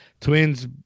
Twins